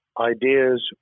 ideas